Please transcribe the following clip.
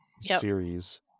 series